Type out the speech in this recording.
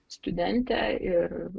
studentė ir